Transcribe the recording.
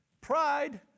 pride